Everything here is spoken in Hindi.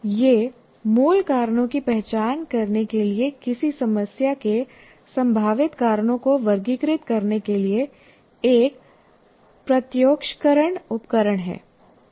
यह मूल कारणों की पहचान करने के लिए किसी समस्या के संभावित कारणों को वर्गीकृत करने के लिए एक प्रत्योक्षकरण उपकरण है